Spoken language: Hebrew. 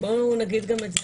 בואו נגיד גם את זה,